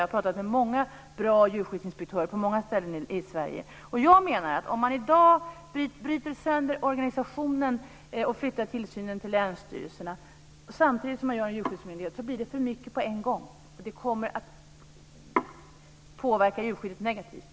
Jag har pratat med många bra djurskyddsinspektörer på många ställen i Om man i dag bryter sönder organisationen och flyttar över tillsynen till länsstyrelserna samtidigt som man inrättar en djurskyddsmyndighet blir det för mycket på en gång. Det kommer att påverka djurskyddet negativt.